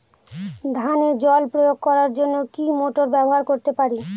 ধানে জল প্রয়োগ করার জন্য কি মোটর ব্যবহার করতে পারি?